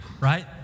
right